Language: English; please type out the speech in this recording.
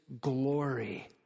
glory